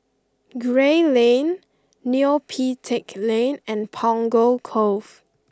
Gray Lane Neo Pee Teck Lane and Punggol Cove